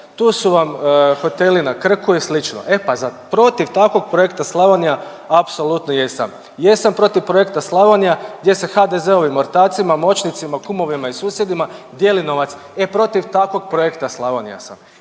Tu su vam hoteli na Krku i slično, e pa za, protiv takvog projekta Slavonija apsolutno jesam, jesam protiv projekta Slavonija gdje se HDZ-ovim ortacima, moćnicima, kumovima i susjedima dijeli novac. E protiv takvog projekta Slavonija sam